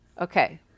Okay